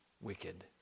wicked